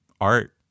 art